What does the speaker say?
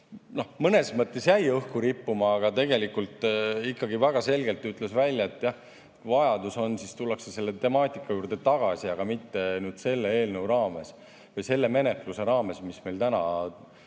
see mõnes mõttes jäi õhku rippuma, aga tegelikult ta ikkagi väga selgelt ütles välja, et kui vajadus on, siis tullakse selle temaatika juurde tagasi, aga mitte selle eelnõu raames, selle menetluse raames, mis meil praegu